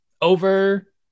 over